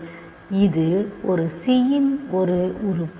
எனவே இது c இன் ஒரு உறுப்பு